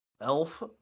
elf